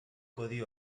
codi